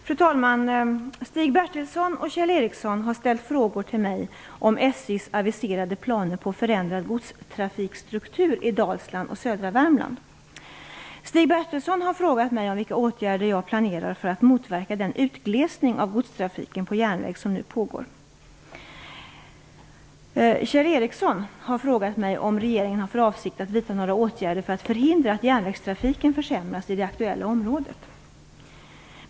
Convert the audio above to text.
Fru talman! Stig Bertilsson och Kjell Ericsson har ställt frågor till mig om SJ:s aviserade planer på förändrad godstrafikstruktur i Dalsland och södra Stig Bertilsson har frågat mig vilka åtgärder jag planerar för att motverka den utglesning av godstrafiken på järnväg som nu pågår. Kjell Ericsson har frågat mig om regeringen har för avsikt att vidta några åtgärder för att förhindra att järnvägstrafiken försämras i det aktuella området.